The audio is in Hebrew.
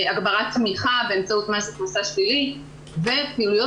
הגברת תמיכה באמצעות מס הכנסה שלילי ופעילויות